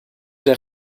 der